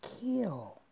kill